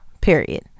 period